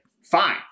fine